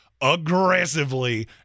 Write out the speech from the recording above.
aggressively